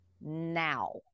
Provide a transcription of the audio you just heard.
now